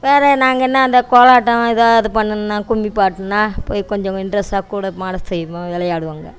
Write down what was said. வேற நாங்கள் என்ன அந்த கோலாட்டம் இதை அதை பண்ணணும்னா கும்மி பாட்டுன்னா போய் கொஞ்சம் இன்ரெஸ்ட்டாக கூடமாட செய்வோம் விளையாடுவோங்க